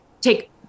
take